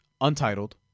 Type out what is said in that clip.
Untitled